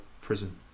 prison